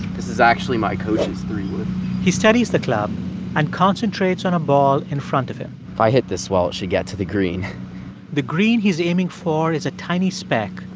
this is actually my coach's three-wood he steadies the club and concentrates on a ball in front of him if i hit this well, it should get to the green the green he's aiming for is a tiny speck,